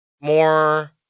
more